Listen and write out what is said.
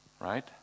right